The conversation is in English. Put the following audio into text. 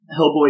Hellboy